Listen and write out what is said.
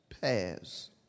pass